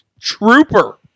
trooper